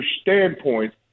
standpoint